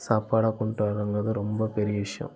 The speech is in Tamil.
சாப்பாடாக கொண்டுட்டு வரணுங்கறது ரொம்ப பெரிய விஷயம்